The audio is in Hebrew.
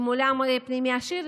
עם עולם פנימי עשיר,